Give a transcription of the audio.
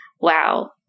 wow